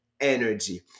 energy